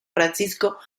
francisco